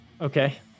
Okay